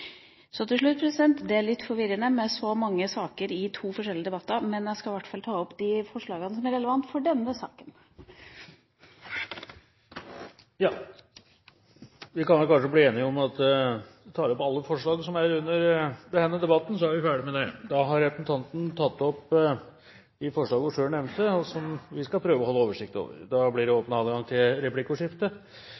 så mange saker i to forskjellige debatter, men jeg skal i hvert fall ta opp de forslagene som er relevante i denne saken. Vi kan vel kanskje bli enige om at representanten tar opp alle forslag som hører til under denne debatten, så er vi ferdig med det. Da har representanten Trine Skei Grande tatt opp de forslagene hun refererte til, og som vi skal prøve å holde oversikt over. Det blir